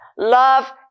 Love